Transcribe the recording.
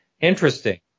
Interesting